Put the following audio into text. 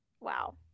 Wow